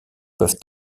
peuvent